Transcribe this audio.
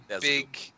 big